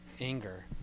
anger